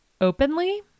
openly